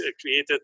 created